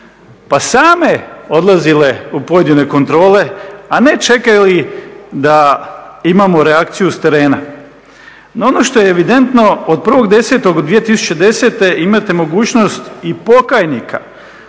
pa same odlazile u podjele kontrole, a ne čekali da imamo reakciju s terena. No ono što je evidentno od 01.10.2010. imate mogućnost i pokajnika,